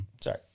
Sorry